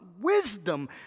wisdom